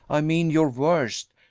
i mean your worst,